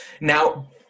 now